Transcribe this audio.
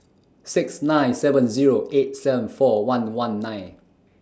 six nine seven Zero eight seven four one one nine